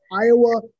Iowa